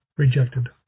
Rejected